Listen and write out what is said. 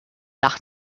nach